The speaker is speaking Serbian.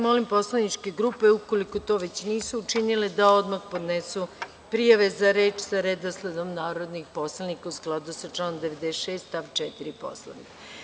Molim poslaničke grupe, ukoliko to već nisu učinile, da odmah podnesu prijave za reč sa redosledom narodnih poslanika, a u skladu sa članom 96. stav 4. Poslovnika.